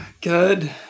good